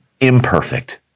Imperfect